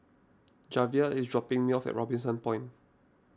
Javier is dropping me off at Robinson Point